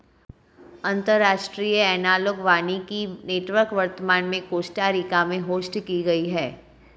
अंतर्राष्ट्रीय एनालॉग वानिकी नेटवर्क वर्तमान में कोस्टा रिका में होस्ट की गयी है